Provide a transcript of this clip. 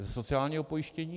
Ze sociálního pojištění?